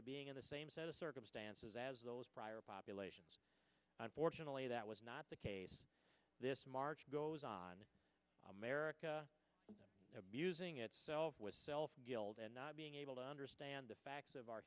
of being in the same set of circumstances as those prior populations unfortunately that was not the case this march goes on america abusing its self not being able to understand the facts of our